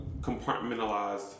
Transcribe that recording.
compartmentalized